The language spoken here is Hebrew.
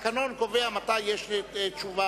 התקנון קובע מתי יש תשובה.